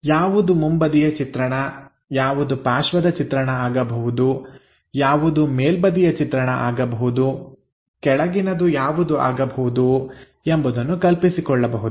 ಯಾವುದು ಮುಂಬದಿಯ ಚಿತ್ರಣ ಯಾವುದು ಪಾರ್ಶ್ವದ ಚಿತ್ರಣ ಆಗಬಹುದು ಯಾವುದು ಮೇಲ್ಬದಿಯ ಚಿತ್ರಣ ಆಗಬಹುದು ಕೆಳಗಿನದು ಯಾವುದು ಆಗಬಹುದು ಎಂಬುದನ್ನು ಕಲ್ಪಿಸಿಕೊಳ್ಳಬಹುದು